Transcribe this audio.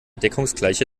deckungsgleiche